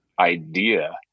idea